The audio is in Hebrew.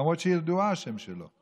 למרות שהוא ידוע, השם שלו.